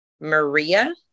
Maria